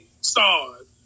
stars